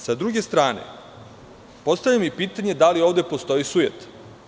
Sa druge strane, postavljam pitanje da li ovde postoji sujeta?